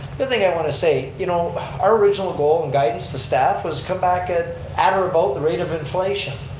the other thing i want to say, you know our original goal and guidance to staff was come back at at or about the rate of inflation.